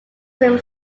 film